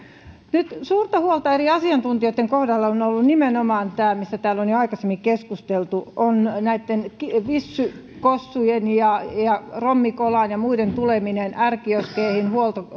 nyt suurta huolta eri asiantuntijoitten kohdalla on on ollut nimenomaan tästä mistä täällä on jo aikaisemmin keskusteltu näitten vissykossujen ja ja rommikolan ja muiden tulemisesta r kioskeihin